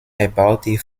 erbaute